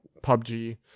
PUBG